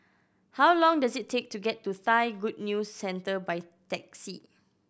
how long does it take to get to Thai Good News Centre by taxi